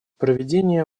проведение